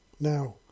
Now